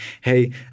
hey